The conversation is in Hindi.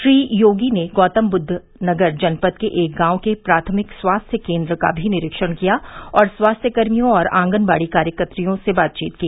श्री योगी ने गौतमबुद्वनगर जनपद के एक गांव के प्राथमिक स्वास्थ्य केन्द्र का भी निरीक्षण किया और स्वास्थ्यकर्मियों व आंगनबाड़ी कार्यकत्रियों से बातचीत की